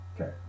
Okay